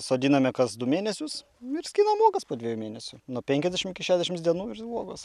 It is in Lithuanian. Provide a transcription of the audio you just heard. sodiname kas du mėnesius ir skinam uogas po dviejų mėnesių nuo penkiasdešimt iki šešiasdešimts dienų ir uogos